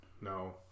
No